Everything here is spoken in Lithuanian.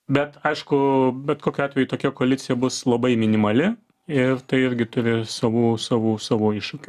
bet aišku bet kokiu atveju tokia koalicija bus labai minimali ir tai irgi turi savų savų savo iššūkių